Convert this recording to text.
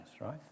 right